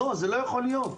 זה לא יכול להיות.